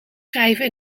schrijven